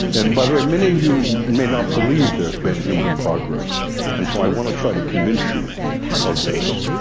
and by the way many of you may not believe there's been human progress and so i want to try to convince you of this.